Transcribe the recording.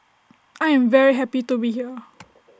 I am very happy to be here